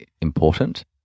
important